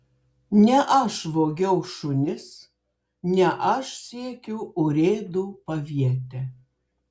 ne aš vogiau šunis ne aš siekiu urėdų paviete